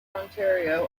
ontario